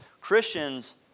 Christians